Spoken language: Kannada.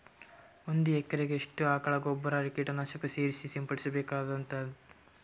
ಒಂದು ಎಕರೆಗೆ ಎಷ್ಟು ಆಕಳ ಗೊಬ್ಬರ ಕೀಟನಾಶಕ ಸೇರಿಸಿ ಸಿಂಪಡಸಬೇಕಾಗತದಾ?